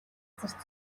газарт